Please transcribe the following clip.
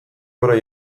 gora